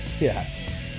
Yes